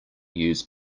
use